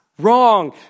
Wrong